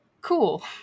cool